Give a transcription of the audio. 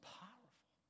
powerful